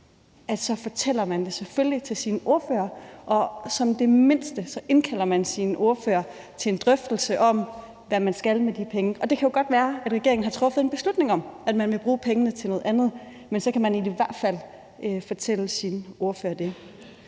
beløb, fortæller man det selvfølgelig til sin ordfører. Som det mindste indkalder man sine ordførere til en drøftelse om, hvad man skal med de penge. Det kan jo godt være, at regeringen har truffet en beslutning om, at man vil bruge pengene til noget andet, men så kan man i hvert fald fortælle sine ordførere det.